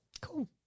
Cool